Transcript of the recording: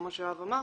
כמו שיואב אמר,